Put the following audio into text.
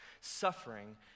suffering